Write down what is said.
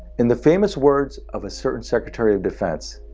in the famous words of a certain secretary of defense,